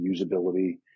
usability